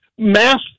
Mass